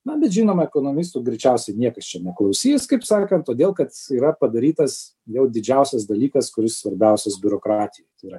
na bet žinoma ekonomistų greičiausiai niekas čia neklausys kaip sakant todėl kad yra padarytas jau didžiausias dalykas kuris svarbiausias biurokratijoj tai yra